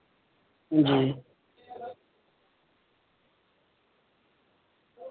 हां जी